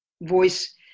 voice